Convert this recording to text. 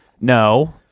no